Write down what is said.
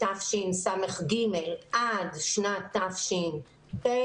מתשס"ג עד שנת תש"ף,